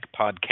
Podcast